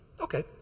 Okay